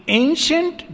ancient